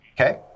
Okay